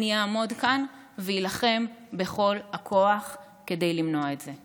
אני אעמוד כאן ואילחם בכל הכוח כדי למנוע את זה.